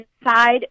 inside